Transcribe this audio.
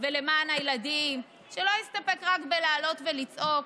ולמען הילדים שלא יסתפק רק בלעלות ולצעוק,